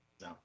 No